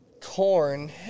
Corn